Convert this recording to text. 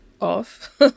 off